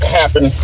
happen